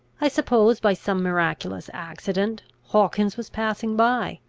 i suppose, by some miraculous accident, hawkins was passing by,